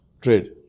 trade